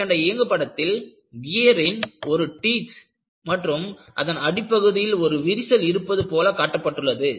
மேற்கண்ட இயங்கு படத்தில் கியரின் ஒரு டீத் மற்றும் அதன் அடிப்பகுதியில் ஒரு விரிசல் இருப்பது போல காட்டப்பட்டுள்ளது